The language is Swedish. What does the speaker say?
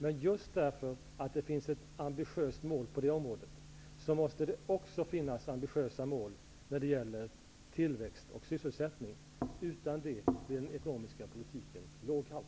Men just för att det finns ett ambitiöst mål på det området måste det också finnas ambitiösa mål när det gäller tillväxt och sysselsättning. Utan det blir den ekonomiska politiken låghalt.